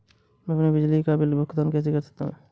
मैं अपने बिजली बिल का भुगतान कैसे कर सकता हूँ?